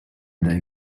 they